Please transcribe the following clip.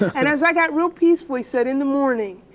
and as i got real peaceful, he said, in the morning,